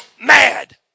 mad